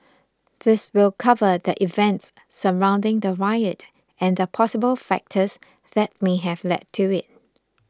this will cover the events surrounding the riot and the possible factors that may have led to it